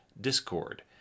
discord